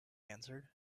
answered